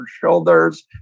shoulders